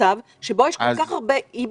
מצב שבו יש כל כך הרבה אי-בהירות.